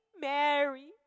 Mary